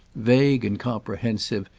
vague and comprehensive,